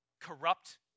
corrupt